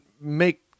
make